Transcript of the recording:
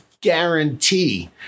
guarantee